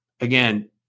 Again